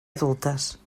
adultes